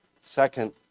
Second